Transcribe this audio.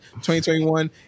2021